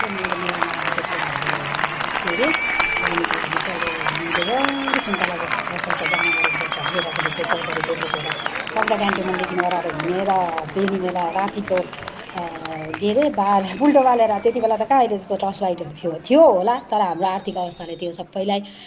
त्यो माघे मेलामा त्यतिबेला हाम्रो के रे जानुको लागि चाहिँ अब हिउँदोभरि सुन्ताला बोकेर पैसा जम्मा गरेको पैसा तेह्र रूपियाँ चौध रूपियाँ बोकेर तक्दाह क्यान्टोनमेन्टदेखि औह्रालो हिँडेर वेनी मेला रातीको के अरे बालेर पुल्ठो बालेर त्यतिबेला कहाँ अहिले जस्तो टर्च लाइट थियो थियो होला तर हाम्रो आर्थिक अवस्थाले सबैलाई